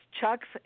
Chuck's